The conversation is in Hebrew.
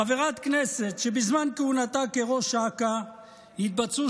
חברת כנסת שבזמן כהונתה כראש אכ"א התבצעו